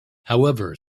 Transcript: however